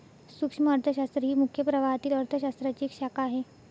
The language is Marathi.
सूक्ष्म अर्थशास्त्र ही मुख्य प्रवाहातील अर्थ शास्त्राची एक शाखा आहे